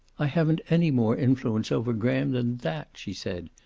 i haven't any more influence over graham than that, she said,